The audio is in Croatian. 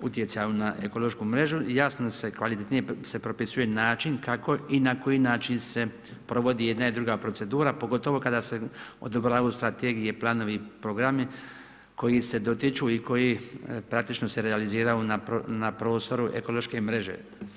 utjecaja na ekološku mrežu i jasnije i kvalitetnije se propisuje način kako i na koji način se provodi jedna i druga procedura pogotovo kada se odobravaju strategije, planovi, programi koji se dotiču i koji praktično se realiziraju na prostoru ekološke mreže.